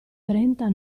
trenta